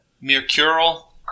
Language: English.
Mercurial